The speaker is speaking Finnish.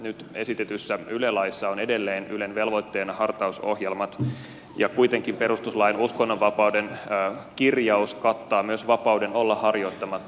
nyt esitetyssä yle laissa on edelleen ylen velvoitteena hartausohjelmat ja kuitenkin perustuslain uskonnonvapauden kirjaus kattaa myös vapauden olla harjoittamatta uskontoa